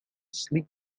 sleep